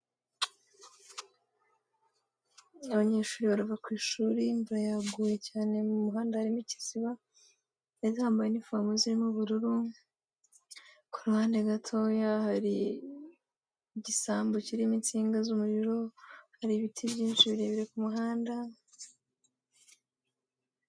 Abanyeshuri barava ku ishuri, imvura yaguye cyane, mu muhanda harimo ikiziba. Bambaye inifomu zirimo ubururu. Ku ruhande gatoya hari igisambu kirimo insinga z'umuriro, hari ibiti byinshi birebire ku muhanda.